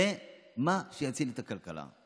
וזה מה שיציל את הכלכלה.